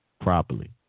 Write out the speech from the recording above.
properly